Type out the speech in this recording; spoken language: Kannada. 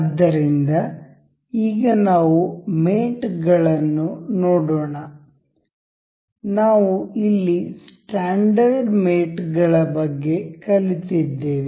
ಆದ್ದರಿಂದ ಈಗ ನಾವು ಮೇಟ್ ಗಳನ್ನು ನೋಡೋಣ ನಾವು ಇಲ್ಲಿ ಸ್ಟ್ಯಾಂಡರ್ಡ್ ಮೇಟ್ ಗಳ ಬಗ್ಗೆ ಕಲಿತಿದ್ದೇವೆ